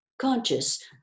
conscious